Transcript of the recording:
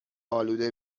آلوده